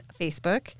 Facebook